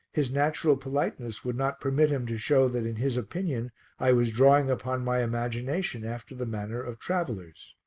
his natural politeness would not permit him to show that in his opinion i was drawing upon my imagination after the manner of travellers.